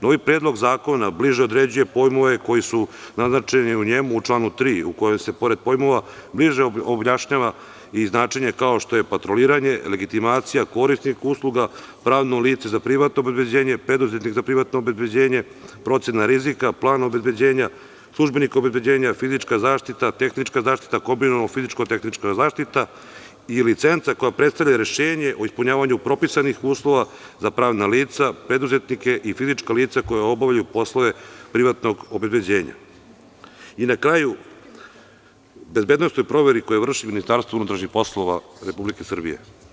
Novi predlog zakona bliže određuje pojmove koji su naznačeni u njemu, u članu 3, u kojem se pored pojmova bliže objašnjava i značenje kao što je patroliranje, legitimacija, korisnik usluga, pravno lice za privatno obezbeđenje, preduzetnik za privatno obezbeđenje, procena rizika, plan obezbeđenja, službenik obezbeđenja, fizička zaštita, tehnička zaštita, kombinovana fizičko-tehnička zaštita i licenca koja predstavlja rešenje o ispunjavanju propisanih uslova za pravna lica, preduzetnike i fizička lica koja obavljaju poslove privatnog obezbeđenja i na kraju, bezbednosnoj proveri koju vrši MUP Republike Srbije.